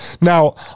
Now